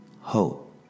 hope